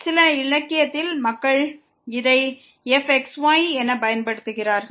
சில இலக்கியத்தில் மக்கள் இதை fxy என பயன்படுத்துகிறார்கள்